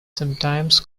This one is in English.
sometimes